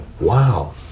wow